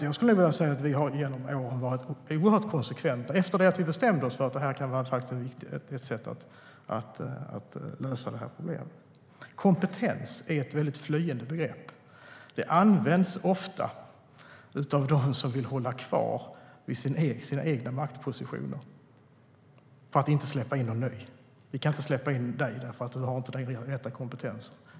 Jag skulle nog vilja säga att vi genom åren har varit oerhört konsekventa efter att vi bestämt oss för att detta kan vara ett sätt att lösa problemet. Kompetens är ett väldigt flyende begrepp. Det används ofta av dem som vill hålla kvar vid sina egna maktpositioner och inte släppa in någon ny: Vi kan inte släppa in dig, därför att du inte har den rätta kompetensen.